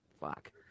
Fuck